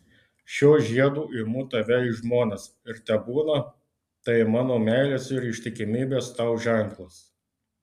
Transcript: šiuo žiedu imu tave į žmonas ir tebūna tai mano meilės ir ištikimybės tau ženklas